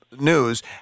news